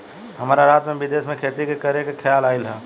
हमरा रात में विदेश में खेती करे के खेआल आइल ह